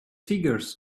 figures